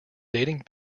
dating